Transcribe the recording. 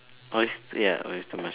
oys~ ya oyster mushroom